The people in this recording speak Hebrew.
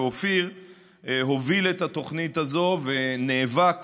ואופיר הוביל את התוכנית הזאת ונאבק